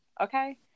okay